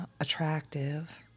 attractive